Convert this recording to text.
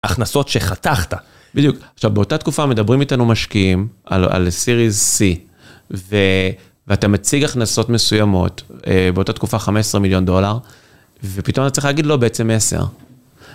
הכנסות שחתכת. בדיוק. עכשיו, באותה תקופה מדברים איתנו משקיעים על series C, ואתה מציג הכנסות מסוימות, באותה תקופה 15 מיליון דולר, ופתאום אתה צריך להגיד לו בעצם 10.